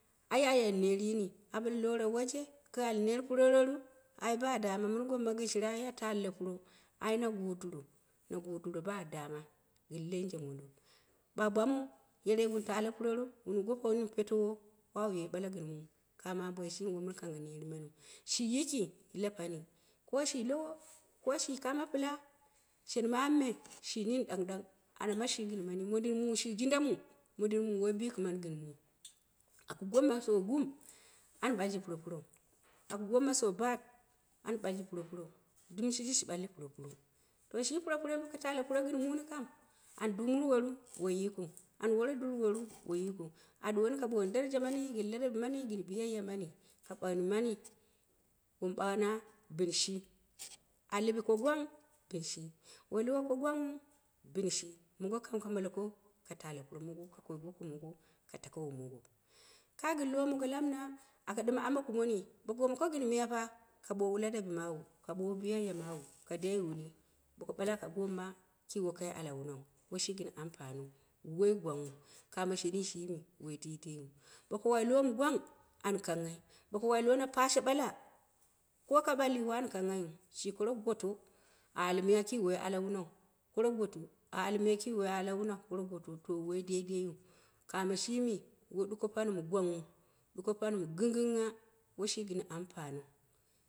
Ai a yeni ner yini, a ɓale lora waije ka al per purororu ai ba daama min gomama a taghɨllo puro ai na go diro, na godiro ba dama gɨn lenje mondo, ɓaɓa mu. yerei tale puromu wu gopowu nere petewo, wawu ye ɓala gɨn muu kaame amboi shimi woi mɨn kang ner maniu shi yiki lapani ko shi lowo ko shi kama pɨla shen mamu me shi nini ɗang-ɗang ana shi gɨn mani. Mond in mu, shi jinda mu, mondin mu ɗɨm woi bikɨ mani gɨn muu, aku gomma so gum an ɓalji puropurou. aku gomma so baat, an ɓalji puro purou dɨm shiji shi ɓalli, puro puro don shi puro puroi me ka taghli puro gɨn mulme kam, an duumu woru? Woi yikiu. ana wore durworu? Woi yikiu a wuwo ka booni daraja mani gɨn ladabi mani gɨn biyan ya mani ka ɓagni mani gɨn wom ɓaghana bin shi a lɨuko gwong binshi, woi liɨka gangghu bin shi, mong ka malak ka taale puro mongo ka koi goko mongo ka tako omongo. Ka gɨn lowo mongo lamɨna aka ɗɨm ame kumoni bo ko gomo gɨn miyafa ka ɓowo la dabi mawu ka ɓowo bi yayya mawu ka dai wuni boka ɓale aka goomma ki wokai ala wunau. woi shi gɨn ampaniu woi gwaggnghu kame sheni shimi woi dedeiyiu bo ka wai lewo mɨ gwang aka kanghe boka wai lowo na pashe ɓal ko ka ɓalli wani kanghaiyiu an koro goto a al miya kii woi ala wunau koro goto, a al miya kii woi ala wuna koro goto, to woi dedėiw kame shimi woi ɗuko pani mɨ gwangnghu. Ɗuko pani mi ginggingngha woi shi gɨn ampaniu.